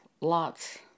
Lot's